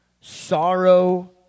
sorrow